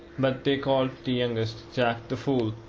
but they called the youngest jack the fool,